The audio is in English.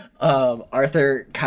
Arthur